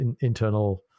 internal